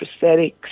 prosthetics